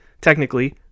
technically